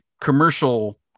commercial